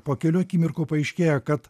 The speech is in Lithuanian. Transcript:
po kelių akimirkų paaiškėja kad